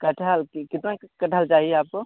कठहल की कितने कठहल चाहिए आपको